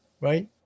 Right